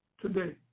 today